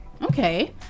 okay